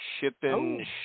shipping